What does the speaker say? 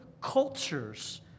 cultures